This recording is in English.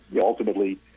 ultimately